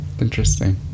Interesting